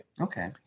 Okay